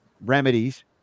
remedies